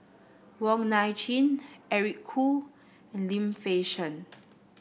Wong Nai Chin Eric Khoo and Lim Fei Shen